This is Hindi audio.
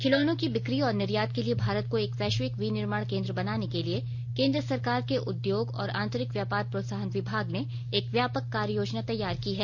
खिलौनों की बिक्री और निर्यात के लिए भारत को एक वैश्विक विनिर्माण केंद्र बनाने के लिए केंद्र सरकार के उद्योग और आन्तरिक व्यापार प्रोत्साहन विभाग ने एक व्यापक कार्य योजना तैयार की है